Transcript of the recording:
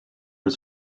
his